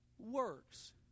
works